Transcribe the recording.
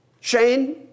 Shane